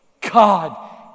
God